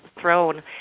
thrown